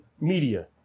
media